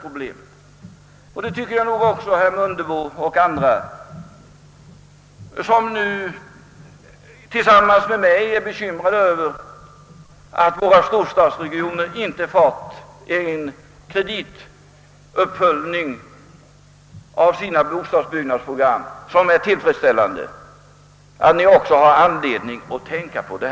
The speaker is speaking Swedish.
Och det tycker jag att herr Mundebo och andra, som i likhet med mig är bekymrade över att våra storstadsregioner inte har fått en tillfredsställande kredituppföljning av sina bostadsbyggnadsprogram, har anledning tänka på.